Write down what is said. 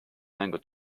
mängu